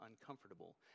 uncomfortable